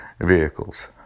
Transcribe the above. vehicles